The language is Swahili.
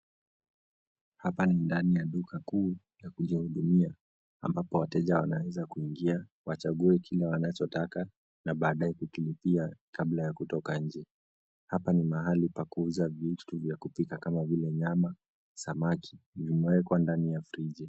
Hapa ni ndani ya duka kuu yakujhudumia ambapo wateja wanaanza kuingia, wachaguwe kile wanacho taka na baadaye kukilipia kabla ya kutoka nje. Hapa ni mahali pa kuuza vitu ya kupika kama vile nyama, samaki, vimwekwa ndani ya friji.